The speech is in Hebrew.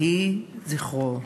יהי זכרו ברוך.